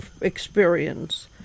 experience